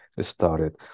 started